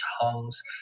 tongues